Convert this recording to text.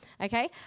Okay